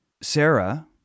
Sarah